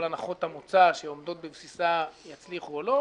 כל הנחות המוצא שעומדות בבסיסה יצליחו או לא.